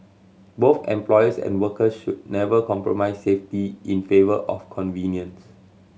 both employers and workers should never compromise safety in favour of convenience